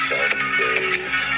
Sundays